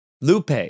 Lupe